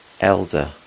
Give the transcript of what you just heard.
elder